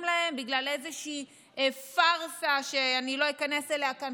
להם בגלל איזושהי פארסה שאני לא איכנס אליה כאן,